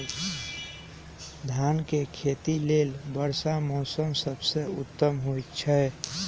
धान के खेती लेल वर्षा मौसम सबसे उत्तम होई छै